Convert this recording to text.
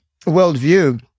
worldview